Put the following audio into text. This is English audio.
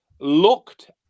looked